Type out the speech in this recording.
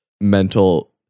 mental